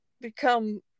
become